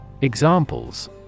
examples